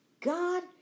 God